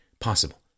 possible